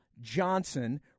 Johnson